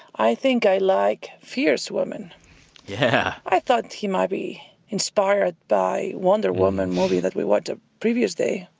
i think i like fierce women yeah i thought he might be inspired by wonder woman movie that we watched the previous day.